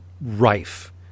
rife